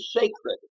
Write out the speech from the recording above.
sacred